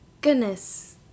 goodness